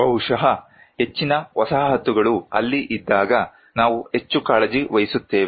ಬಹುಶಃ ಹೆಚ್ಚಿನ ವಸಾಹತುಗಳು ಅಲ್ಲಿ ಇದ್ದಾಗ ನಾವು ಹೆಚ್ಚು ಕಾಳಜಿ ವಹಿಸುತ್ತೇವೆ